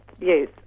Yes